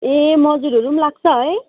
ए मजुरहरू पनि लाग्छ है